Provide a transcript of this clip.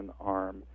arm